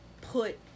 put